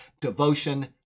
devotion